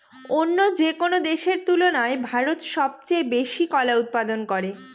অন্য যেকোনো দেশের তুলনায় ভারত সবচেয়ে বেশি কলা উৎপাদন করে